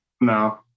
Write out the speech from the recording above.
No